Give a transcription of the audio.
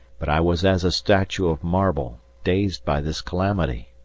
but i was as a statue of marble, dazed by this calamity.